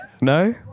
No